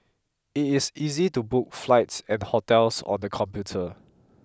it is easy to book flights and hotels on the computer